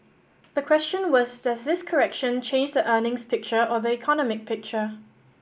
the question was does this correction change the earnings picture or the economic picture